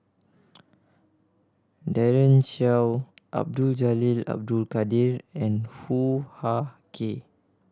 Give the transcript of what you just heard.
Daren Shiau Abdul Jalil Abdul Kadir and Hoo Ah Kay